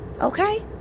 okay